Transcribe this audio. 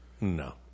No